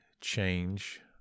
change